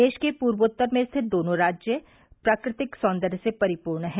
देश के पूर्वोत्तर में स्थित ये दोनों राज्य प्राकृतिक सौन्दर्य से परिपूर्ण हैं